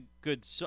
good